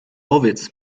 powiedz